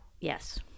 Yes